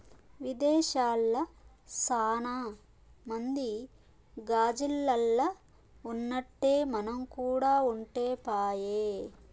విదేశాల్ల సాన మంది గాజిల్లల్ల ఉన్నట్టే మనం కూడా ఉంటే పాయె